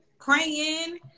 praying